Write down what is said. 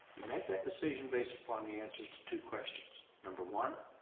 you make that decision based upon the answers to two questions. number one,